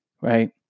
Right